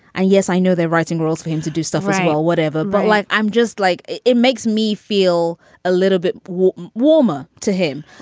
and yes, i know they're writing girls for him to do stuff as well, whatever. but like, i'm just like it it makes me feel a little bit warmer warmer to him.